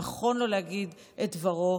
נכון לו להגיד את דברו,